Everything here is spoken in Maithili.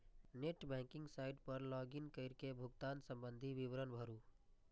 नेट बैंकिंग साइट पर लॉग इन कैर के भुगतान संबंधी विवरण भरू